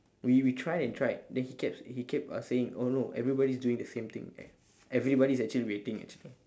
we we try and tried then he kept s~ he kept uh saying oh no everybody is doing the same thing eh everybody is waiting actually